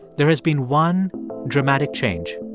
there has been one dramatic change